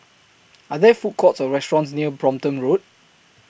Are There Food Courts Or restaurants near Brompton Road